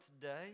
day